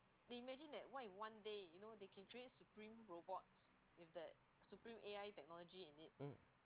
mm